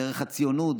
דרך הציונות,